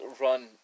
run